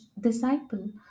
disciple